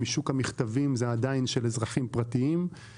משוק המכתבים שהם עדיין של אזרחים פרטיים.